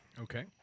Okay